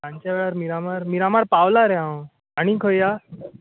सांजचे वेळार मिरामार मिरामार पावलां रे हांव आनीक खंय या